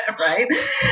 right